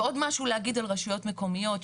ועוד משהו להגיד על רשויות מקומיות.